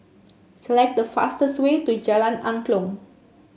select the fastest way to Jalan Angklong